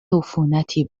عفونتی